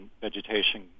vegetation